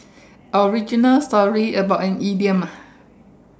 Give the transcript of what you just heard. oh we do not sorry about item ah